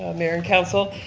mayor and council.